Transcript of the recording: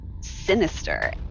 sinister